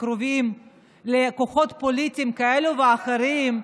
שקרובים לכוחות פוליטיים כאלו ואחרים.